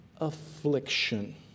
affliction